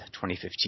2015